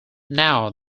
now